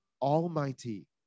Almighty